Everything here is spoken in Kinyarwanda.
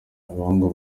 abahungu